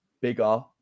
bigger